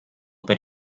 per